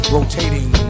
Rotating